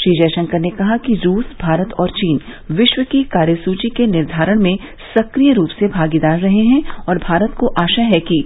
श्री जयशंकर ने कहा कि रूस भारत और चीन विश्व की कार्यसूची के निर्धारण में सक्रिय रूप से भागीदार रहे हैं और भारत को आशा है कि